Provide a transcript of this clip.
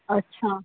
اچھا